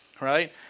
Right